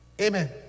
amen